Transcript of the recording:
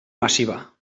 massiva